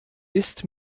ist